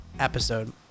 episode